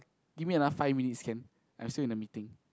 give me another five minutes can I'm still in a meeting